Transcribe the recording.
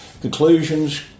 conclusions